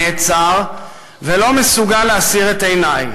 נעצר ולא מסוגל להסיר את עיני.